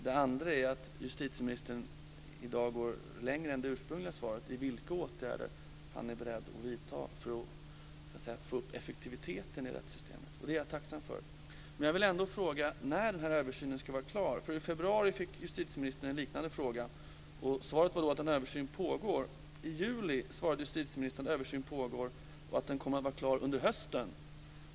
Det andra är att justitieministern i dag går längre än i det ursprungliga svaret när det gäller vilka åtgärder som han är beredd att vidta för att öka effektiviteten i rättssystemet, och det är jag tacksam över. februari fick justitieministern en liknande fråga. Han svarade då att det pågår en översyn. I juli svarade justitieministern samma sak och att utredningen skulle vara klar under hösten.